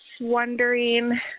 wondering